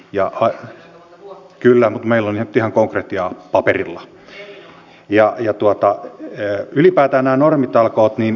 hän ei tarvitse sosiaalietuuksia juurikaan hän ei tarvitse lääkekorvauksia eivät sairaalakäyntimaksut häntä kosketa eivät taksimatkan kela korvaukset